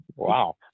Wow